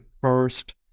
first